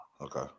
Okay